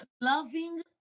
loving